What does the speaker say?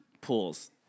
pools